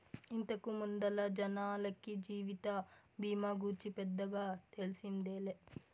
ఇంతకు ముందల జనాలకి జీవిత బీమా గూర్చి పెద్దగా తెల్సిందేలే